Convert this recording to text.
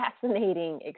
fascinating